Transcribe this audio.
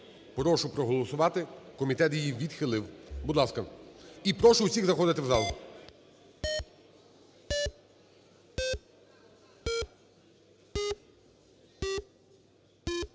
прошу проголосувати. Комітет її відхилив. Будь ласка. І прошу усіх заходити в зал.